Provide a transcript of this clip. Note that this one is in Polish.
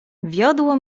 wiodło